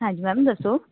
ਹਾਂਜੀ ਮੈਮ ਦੱਸੋ